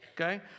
okay